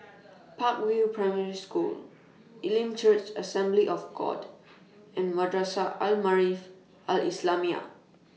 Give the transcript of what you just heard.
Park View Primary School Elim Church Assembly of God and Madrasah Al Maarif Al Islamiah